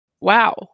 wow